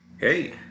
Hey